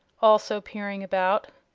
also peering about.